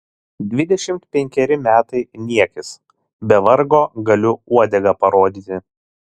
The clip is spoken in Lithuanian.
dvidešimt penkeri metai niekis be vargo galiu uodegą parodyti